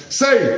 say